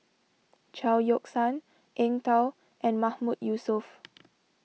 Chao Yoke San Eng Tow and Mahmood Yusof